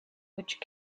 which